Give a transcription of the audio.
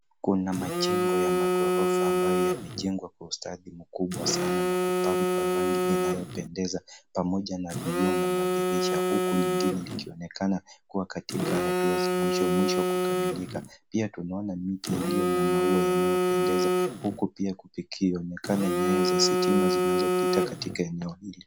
Kuna majengo ya maghorofa ambayo yamejengwa kwa ustadi mkubwa sana na kupakwa rangi inayopendeza pamoja na vioo na madirisha huku lingine likionekana likiwa katika hatua za mwisho mwisho kukamilika. Pia tunaona miti iliyo na maua inayopendeza huku pia kukionekana nyaya za stima zinazopita katika eneo hilo.